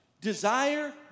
Desire